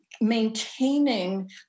maintaining